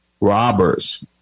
Robbers